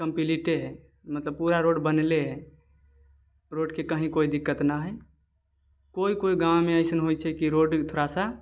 कम्पलीटे हय मतलब पूरा रोड बनले हय रोडके कहीं कोइ दिक्कत ना हय कोइ कोइ गाँवमे रोड अइसन हय छै कि थोड़ा सा